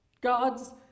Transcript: God's